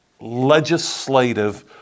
legislative